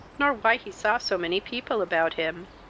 not why he saw so many people about him.